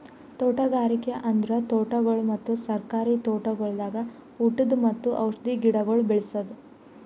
ತೋಟಗಾರಿಕೆ ಅಂದುರ್ ತೋಟಗೊಳ್ ಮತ್ತ ಸರ್ಕಾರಿ ತೋಟಗೊಳ್ದಾಗ್ ಉಟದ್ ಮತ್ತ ಔಷಧಿ ಗಿಡಗೊಳ್ ಬೇಳಸದ್